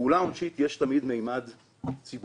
בפעולה עונשית יש תמיד ממד ציבורי,